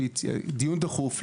לקיים דיון דחוף,